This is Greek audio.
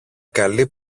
καλή